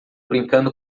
brincando